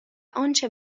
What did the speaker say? آنچه